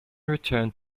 returned